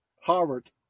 Harvard